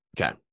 Okay